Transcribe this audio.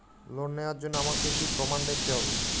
Loan নেওয়ার জন্য আমাকে কী কী প্রমাণ দেখতে হবে?